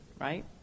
right